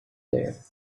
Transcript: there